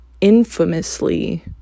infamously